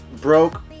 broke